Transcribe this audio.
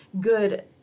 good